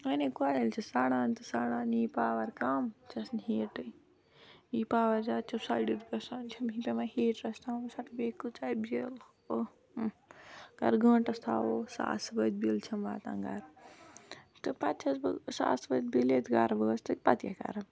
وۄنۍ نے کۄیِل چھِ سڑان تہٕ سڑان یِی پارو کَم چھَس نہٕ ہیٖٹٕے یِی پاور زِیادٕ چھُ سٔڑِتھ گَژھان چھیٚم پیوان ہیٖٹرَس تھاوٕنۍ بیٚیہِ کۭژاہ بِل اگر گٲنٹس تھاوو ساسہٕ ؤدۍ بِل چھم واتان گَرٕتہٕ پَتہٕ چھَس بہٕ ساسہٕ ؤدۍ بِل ییٚلہِ گَرٕ وٲژ تہٕ پَتہٕ کیاہ کَرٕ